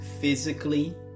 physically